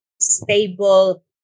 stable